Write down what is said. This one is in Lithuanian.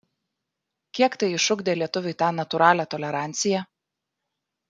kiek tai išugdė lietuviui tą natūralią toleranciją